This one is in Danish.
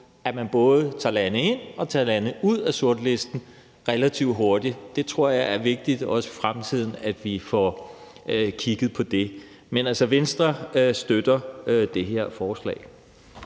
at man både tager lande ind på og lande ud af sortlisten relativt hurtigt. Det tror jeg er vigtigt, også i fremtiden, at vi får kigget på. Men Venstre støtter det her forslag.